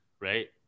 right